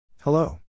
Hello